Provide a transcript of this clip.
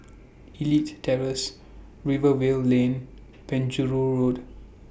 Elite Terrace Rivervale Lane Penjuru Road